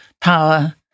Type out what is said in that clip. power